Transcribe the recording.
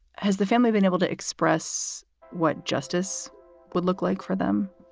has the family been able to express what justice would look like for them?